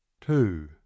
Two